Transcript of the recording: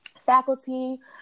faculty